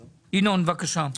ינון, בקשה.